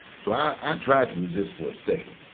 so i tried to resist for a second.